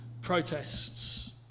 protests